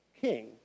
king